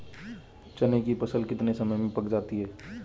चने की फसल कितने समय में पक जाती है?